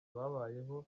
babayeho